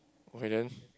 okay then